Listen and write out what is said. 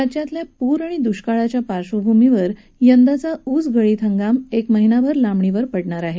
राज्यातील पूर आणि दृष्काळाच्या पार्धभूमीवर यंदाचा ऊस गळीत हंगाम एक महिनाभर लांबणीवर पडणार आहे